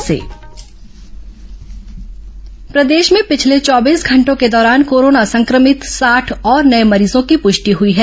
corona मरीज प्रदेश में पिछले चौबीस घंटों के दौरान कोरोना संक्रमित साठ और नए मरीजों की पुष्टि हुई है